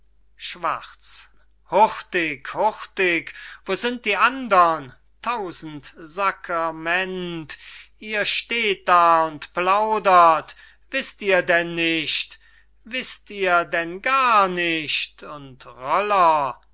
schwarz hurtig hurtig wo sind die andern tausendsakerment ihr steht da und plaudert wißt ihr denn nicht wißt ihr denn gar nicht und